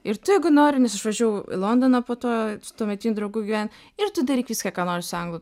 ir tu jeigu nori nes aš važiavau į londoną po to tuometiniu draugu gyven ir tu daryk viską ką nori su anglų